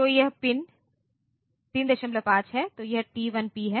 तो यह पिन 35 है तो यह टी 1 पी है